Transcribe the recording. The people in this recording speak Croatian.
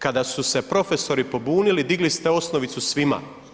Kada su se profesori pobunili, digli ste osnovicu svima.